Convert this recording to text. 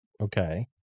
Okay